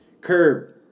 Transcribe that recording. Curb